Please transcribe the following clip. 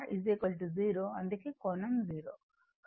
కాబట్టి θ 0 అందుకే కోణం 0